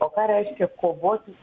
o ką reiškia kovoti